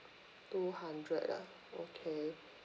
two hundred ah okay